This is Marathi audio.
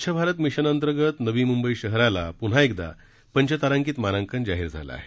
स्वच्छ भारत मिशन अंतर्गत नवी मुंबई शहराला पुन्हा एकदा पंचतारांकित मानांकन जाहीर झालं आहे